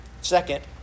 Second